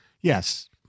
yes